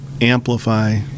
amplify